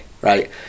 right